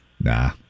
Nah